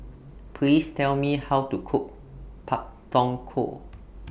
Please Tell Me How to Cook Pak Thong Ko